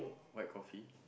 white coffee